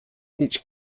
each